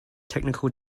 technical